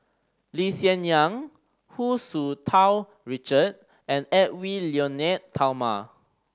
Lee Hsien Yang Hu Tsu Tau Richard and Edwy Lyonet Talma